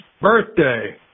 birthday